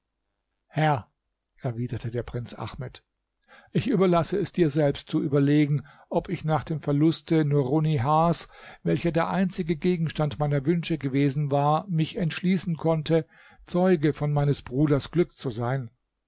herr erwiderte der prinz ahmed ich überlasse es dir selbst zu überlegen ob ich nach dem verluste nurunnihars welche der einzige gegenstand meiner wünsche gewesen war mich entschließen konnte zeuge von meines bruders glück zu sein